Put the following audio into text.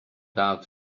doubt